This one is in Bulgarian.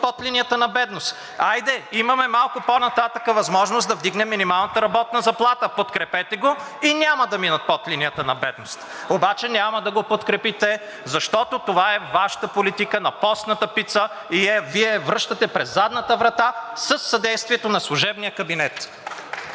под линията на бедност. Хайде, имаме малко по-нататък възможност да вдигнем минималната работна заплата. Подкрепете го и няма да минат под линията на бедност. Обаче няма да го подкрепите, защото това е Вашата политика на постната пица и Вие я връщате през задната врата със съдействието на служебния кабинет.